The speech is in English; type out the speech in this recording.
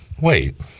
wait